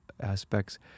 aspects